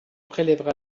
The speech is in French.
prélèvera